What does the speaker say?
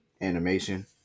animation